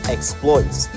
Exploits